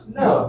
no